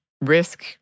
risk